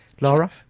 Laura